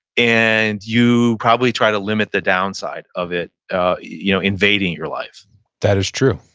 and you probably try to limit the downside of it ah you know invading your life that is true.